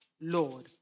Lord